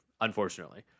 Unfortunately